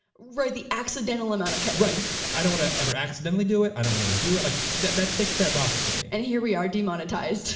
right, the accidental amount of ketamine. i don't wanna ever accidentally do it, i don't wanna ever do it like that that ticked that box for me. and here we are demonetized